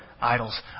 idols